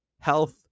health